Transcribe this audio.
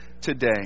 today